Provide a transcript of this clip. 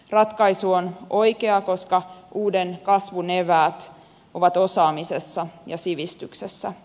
ratkaisu on oikea koska uuden kasvun eväät ovat osaamisessa ja sivistyksessä